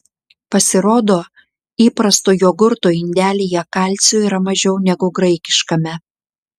pasirodo įprasto jogurto indelyje kalcio yra mažiau negu graikiškame